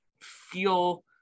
feel